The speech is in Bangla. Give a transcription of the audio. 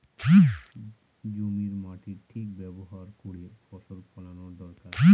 জমির মাটির ঠিক ব্যবহার করে ফসল ফলানো দরকার